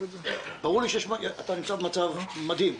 ברור לי שאתה נמצא במצב מדהים,